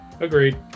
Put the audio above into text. Agreed